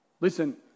Listen